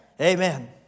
Amen